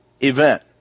event